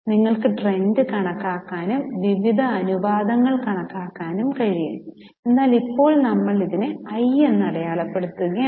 നിങ്ങൾക്ക് ട്രെൻഡ് കണക്കാക്കാനും വിവിധ അനുപാതങ്ങൾ കണക്കാക്കാനും കഴിയും എന്നാൽ ഇപ്പോൾ നമ്മൾ അതിനെ I എന്ന് അടയാളപ്പെടുത്തുകയാണ്